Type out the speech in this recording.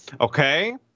okay